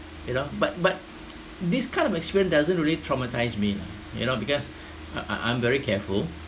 you know but but this kind of experience doesn't really traumatised me lah you know because I I'm very careful